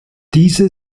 diese